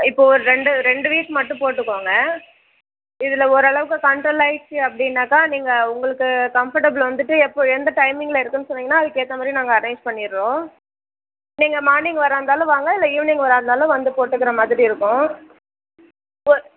இப்போது ஒரு ரெண்டு ரெண்டு வீக் மட்டும் போட்டுக்கோங்க இதில் ஒரளவுக்கு கன்ட்ரோல் ஆகிடிச்சி அப்படினாக்கா நீங்கள் உங்களுக்கு கம்ஃபர்ட்டபுள் வந்துட்டு எப்போது எந்த டைமிங்கில் இருக்குதுன்னு சொன்னீங்கன்னா அதுக்கேற்ற மாதிரி நாங்கள் அரேஞ் பண்ணிடுறோம் நீங்கள் மார்னிங் வரா இருந்தாலும் வாங்க இல்லை ஈவினிங் வரா இருந்தாலும் வந்து போட்டுக்கிற மாதிரி இருக்கும்